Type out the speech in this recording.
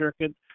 circuit